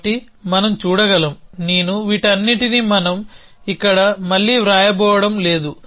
కాబట్టి మనం చూడగలం నేను వీటన్నింటిని ఇక్కడ మళ్ళీ వ్రాయబోవడం లేదు